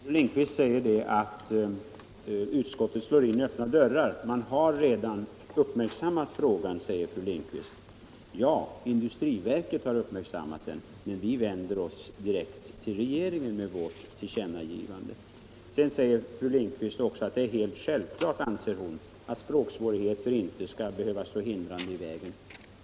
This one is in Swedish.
Herr talman! Fru Lindquist säger att utskottet slår in öppna dörrar. Man har redan uppmärksammat frågan, säger hon. Ja, industriverket har uppmärksammat den, men vi vänder oss i utskottsbetänkandet direkt till regeringen med vårt tillkännagivande. Det är helt självklart, anser fru Lindquist, att språksvårigheter inte skall behöva stå hindrande i vägen.